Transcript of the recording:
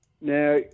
Now